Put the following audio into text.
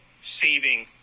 saving